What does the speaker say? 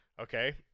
okay